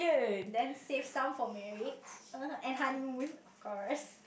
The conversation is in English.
then save some for marriage uh and honeymoon of course